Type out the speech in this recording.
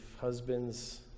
husbands